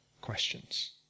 questions